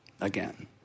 again